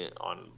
on